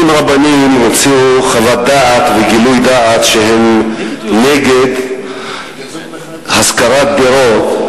50 רבנים הוציאו חוות דעת וגילוי דעת שהם נגד השכרת דירות,